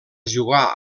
jugar